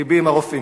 לבי עם הרופאים.